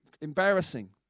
embarrassing